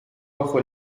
bajo